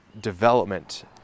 development